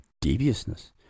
deviousness